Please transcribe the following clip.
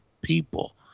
people